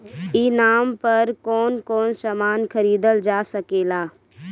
ई नाम पर कौन कौन समान खरीदल जा सकेला?